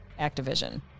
Activision